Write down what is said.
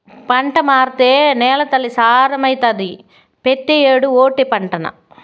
పంట మార్సేత్తే నేలతల్లి సారవంతమైతాది, పెతీ ఏడూ ఓటే పంటనా